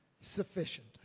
sufficient